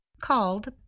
called